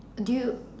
do you